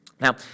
Now